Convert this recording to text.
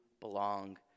belong